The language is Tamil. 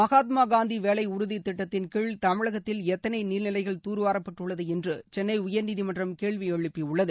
மகாத்மா காந்தி வேலை உறுதி திட்டத்தின் கீழ் தமிழகத்தில் எத்தனை நீர் நிலைகள் தூர்வாரப்பட்டுள்ளது என்று சென்னை உயர்நீதிமன்றம் கேள்வி எழுப்பியுள்ளது